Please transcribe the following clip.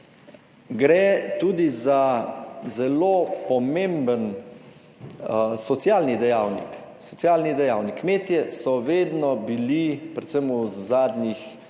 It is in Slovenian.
gre tudi za zelo pomemben socialni dejavnik. Kmetje so vedno bili, predvsem v zadnjih